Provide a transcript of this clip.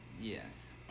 Yes